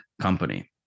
company